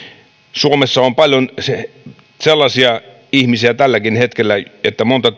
suomessa on paljon sellaisia ihmisiä tälläkin hetkellä että monta